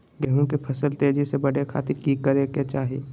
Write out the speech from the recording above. गेहूं के फसल तेजी से बढ़े खातिर की करके चाहि?